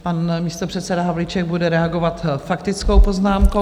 Pan místopředseda Havlíček bude reagovat faktickou poznámkou.